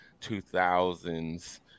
2000s